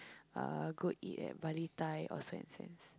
uh go eat at Bali-Thai or Swensens